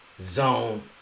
zone